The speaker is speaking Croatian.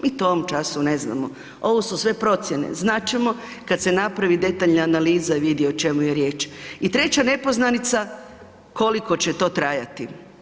Mi to u ovom času ne znamo, ovo su sve procjene, znat ćemo kad se napravi detaljna analiza i vidi o čemu je riječ i treća nepoznanica koliko će to trajati.